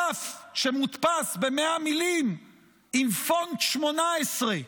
דף שמודפס ב-100 מילים עם פונט 18,